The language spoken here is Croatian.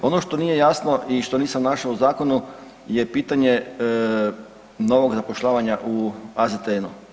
Ono što nije jasno i što nisam našao u zakonu je pitanje novog zapošljavanja u AZTN-u.